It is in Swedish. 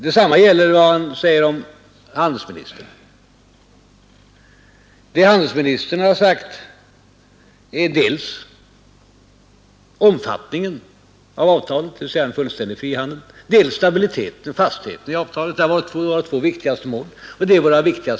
Detsamma gäller vad han yttrade om handelsministern. Vad denne sagt avsåg dels omfattningen av avtalet där han ville ha fullständig frihandel, dels stabiliteten och fastheten i avtalet. Det är våra två viktigaste mål i förhandlingarna.